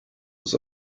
was